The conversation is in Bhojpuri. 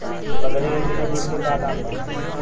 बकरी के एक लीटर दूध के का दाम बा?